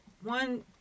one